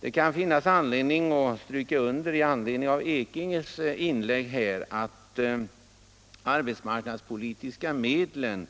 I anledning av herr Ekinges inlägg här kan det finnas skäl att stryka under att de arbetsmarknadspolitiska medlen